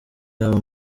yabo